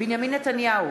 בנימין נתניהו,